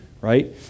right